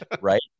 Right